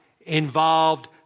involved